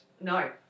No